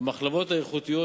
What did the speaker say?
המחלבות האיכותיות.